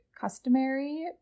customary